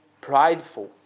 prideful